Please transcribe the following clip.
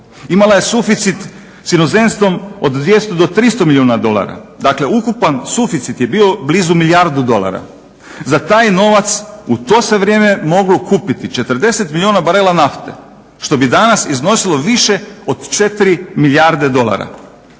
imala je suficit s inozemstvom od 200 do 300 milijuna dolara. Dakle ukupan suficit je bio blizu milijardu dolara. Za taj novac u to se vrijeme moglo kupiti 40 milijuna barela nafte, što bi danas iznosilo više od 4 milijarde dolara.